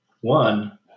one